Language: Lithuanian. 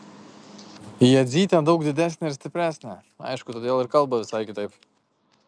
jadzytė daug didesnė ir stipresnė aišku todėl ir kalba visai kitaip